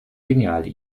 geniale